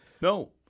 No